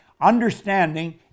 Understanding